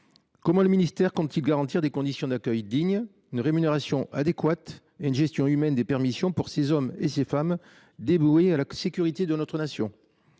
Comment le ministère compte t il garantir des conditions d’accueil dignes, une rémunération adéquate et une gestion humaine des permissions pour ces hommes et ces femmes dévoués à la sécurité de notre Nation ?